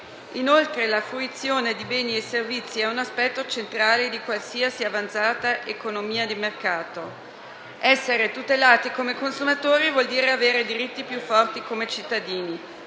Inoltre, la fruizione di beni e servizi è un aspetto centrale di qualsiasi avanzata economia di mercato. Essere tutelati come consumatori vuol dire avere diritti più forti come cittadini.